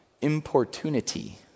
Importunity